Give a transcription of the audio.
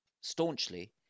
staunchly